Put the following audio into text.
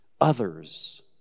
others